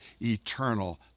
eternal